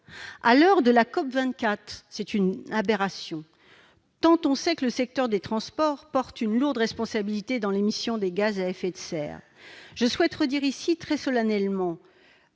À l'heure de la COP24, c'est une aberration, tant on sait que le secteur des transports porte une lourde responsabilité dans l'émission de gaz à effet de serre ! Je réitère très solennellement